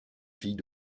fille